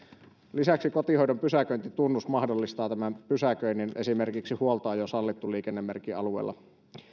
lisäksi kotihoidon pysäköintitunnus mahdollistaa pysäköinnin esimerkiksi huoltoajo sallittu liikennemerkin alueella